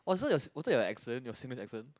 was that your was that your accent your Singlish accent